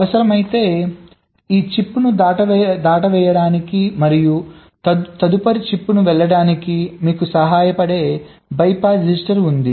అవసరమైతే ఈ చిప్ను దాటవేయడానికి మరియు తదుపరి చిప్కు వెళ్లడానికి మీకు సహాయపడే బైపాస్ రిజిస్టర్ ఉంది